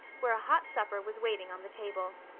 where a hot supper was waiting on the table.